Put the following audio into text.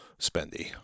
spendy